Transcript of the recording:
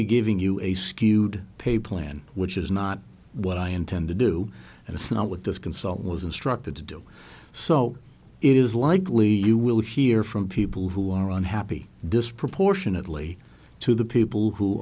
be giving you a skewed pay plan which is not what i intend to do and it's not what this consultant was instructed to do so it is likely you will hear from people who are unhappy disproportionately to the people who